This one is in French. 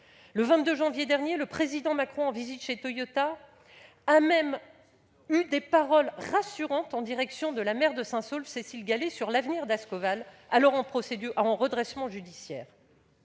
Le 22 janvier dernier, le Président Macron, en visite chez Toyota, a eu des paroles rassurantes en direction de la maire de Saint-Saulve, Cécile Gallez, sur l'avenir d'Ascoval, alors en procédure de redressement judiciaire.